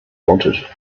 wanted